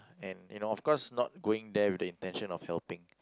and you know of course not going there with the intention of helping